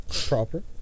Proper